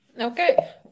Okay